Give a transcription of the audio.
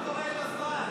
מה קורה עם הזמן?